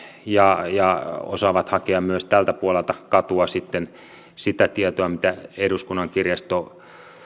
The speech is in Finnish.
ja ja osaavat hakea myös tältä puolelta katua sitten sitä tietoa mitä eduskunnan kirjasto